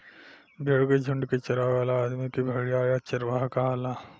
भेड़ के झुंड के चरावे वाला आदमी के भेड़िहार या चरवाहा कहाला